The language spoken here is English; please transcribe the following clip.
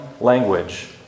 language